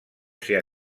ser